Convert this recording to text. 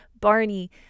Barney